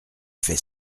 fait